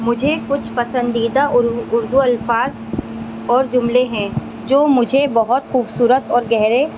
مجھے کچھ پسندیدہ اردو الفاظ اور جملے ہیں جو مجھے بہت خوبصورت اور گہرے